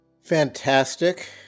Fantastic